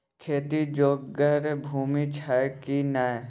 खेती जोगर भूमि छौ की नै?